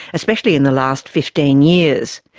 especially in the last fifteen years.